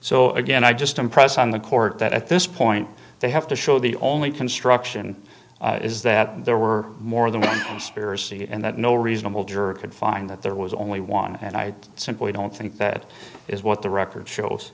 so again i just impress on the court that at this point they have to show the only construction is that there were more than one and that no reasonable juror could find that there was only one and i simply don't think that is what the record shows